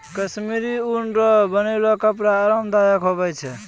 कश्मीरी ऊन रो बनलो कपड़ा आराम दायक हुवै छै